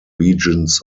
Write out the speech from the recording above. regions